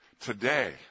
today